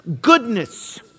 goodness